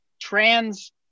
trans